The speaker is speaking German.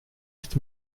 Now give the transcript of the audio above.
ist